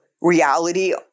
Reality